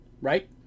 Right